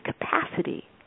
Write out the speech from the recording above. capacity